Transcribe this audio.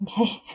Okay